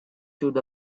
through